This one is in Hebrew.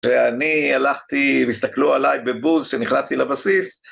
כשאני הלכתי והסתכלו עליי בבוז כשנכנסתי לבסיס